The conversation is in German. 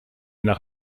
nach